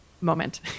moment